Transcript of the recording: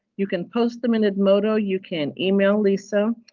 you can post them in edmodo, you can email lisa.